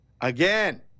Again